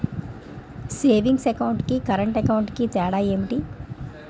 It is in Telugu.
సేవింగ్స్ అకౌంట్ కి కరెంట్ అకౌంట్ కి తేడా ఏమిటి?